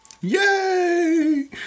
Yay